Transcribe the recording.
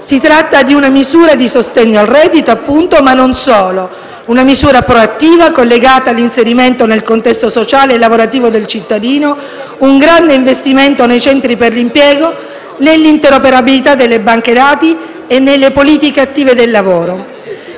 Si tratta di una misura di sostegno al reddito, ma non solo: una misura proattiva collegata all'inserimento nel contesto sociale e lavorativo del cittadino, un grande investimento nei centri per l'impiego, nell'interoperabilità delle banche dati e nelle politiche attive del lavoro.